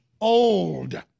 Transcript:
old